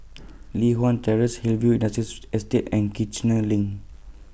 Li Hwan Terrace Hillview Estate and Kiichener LINK